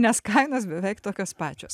nes kainos beveik tokios pačios